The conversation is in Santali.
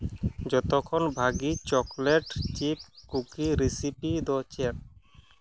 ᱡᱚᱛᱚᱠᱷᱚᱱ ᱵᱷᱟᱹᱜᱤ ᱪᱚᱠᱞᱮᱴ ᱪᱤᱯᱥ ᱠᱩᱠᱤ ᱨᱮᱥᱤᱯᱤ ᱫᱚ ᱪᱮᱫ